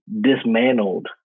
dismantled